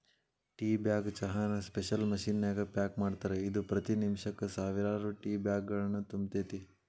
tea bag ಚಹಾನ special machine ನ್ಯಾಗ pack ಮಾಡ್ತಾರ, ಇದು ಪ್ರತಿ ನಿಮಿಷಕ್ಕ ಸಾವಿರಾರು ಟೇಬ್ಯಾಗ್ಗಳನ್ನು ತುಂಬತೇತಿ